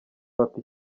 bapfa